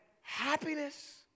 happiness